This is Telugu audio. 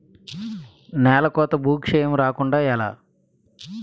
నేలకోత భూక్షయం రాకుండ ఎలా?